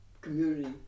community